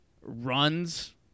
runs